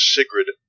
Sigrid